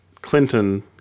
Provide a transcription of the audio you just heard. clinton